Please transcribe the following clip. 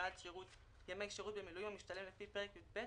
שיח סביב הנושא הזה כי הוא אמור לפקוע בסוף